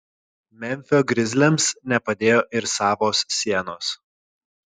memfio grizliams nepadėjo ir savos sienos